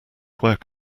work